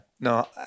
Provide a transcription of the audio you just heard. no